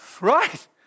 right